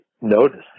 notice